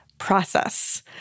process